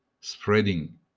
spreading